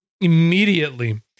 Immediately